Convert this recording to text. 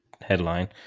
headline